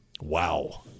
Wow